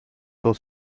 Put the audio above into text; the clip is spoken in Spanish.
dos